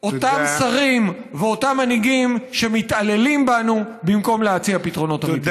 אותם שרים ואותם מנהיגים שמתעללים בנו במקום להציע פתרונות אמיתיים.